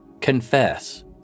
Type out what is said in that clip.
confess